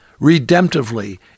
redemptively